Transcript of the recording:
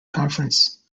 conference